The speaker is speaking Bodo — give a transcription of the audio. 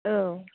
औ